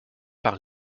par